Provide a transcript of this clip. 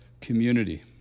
community